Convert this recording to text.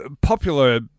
popular